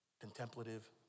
contemplative